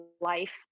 life